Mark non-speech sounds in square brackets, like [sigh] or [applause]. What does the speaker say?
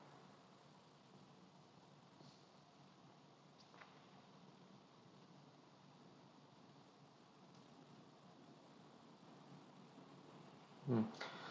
mm [breath]